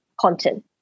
content